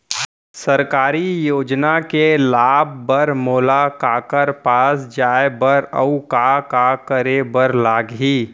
सरकारी योजना के लाभ बर मोला काखर पास जाए बर अऊ का का करे बर लागही?